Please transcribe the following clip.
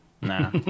Nah